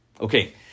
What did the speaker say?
okay